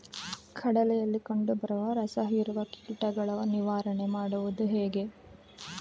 ಕಡಲೆಯಲ್ಲಿ ಕಂಡುಬರುವ ರಸಹೀರುವ ಕೀಟಗಳ ನಿವಾರಣೆ ಮಾಡುವುದು ಹೇಗೆ?